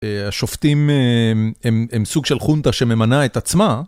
השופטים הם סוג של חונטה שממנה את עצמה.